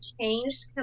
changed